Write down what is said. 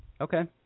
Okay